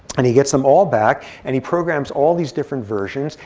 and he gets them all back, and he programs all these different versions.